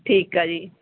ਠੀਕ ਆ ਜੀ